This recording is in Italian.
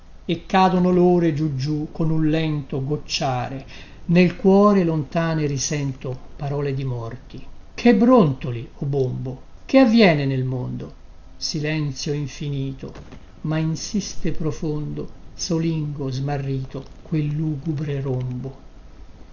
e cadono lore giú giù con un lento gocciare nel cuore lontane risento parole di morti che brontoli o bombo che avviene nel mondo silenzio infinito ma insiste profondo solingo smarrito quel lugubre rombo